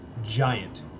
Giant